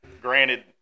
granted